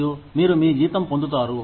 మరియు మీరు మీ జీతం పొందుతారు